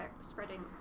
spreading